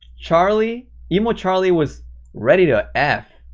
charlie emo charlie was ready to f,